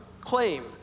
claim